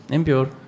Impure